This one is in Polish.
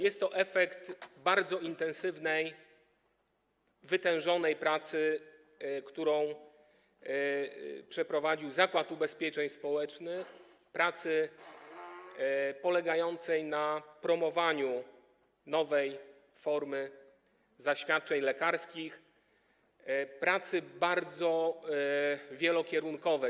Jest to efekt bardzo intensywnej, wytężonej pracy, którą wykonał Zakład Ubezpieczeń Społecznych, pracy polegającej na promowaniu nowej formy zaświadczeń lekarskich, pracy bardzo wielokierunkowej.